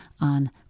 on